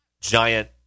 giant